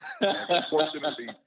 Unfortunately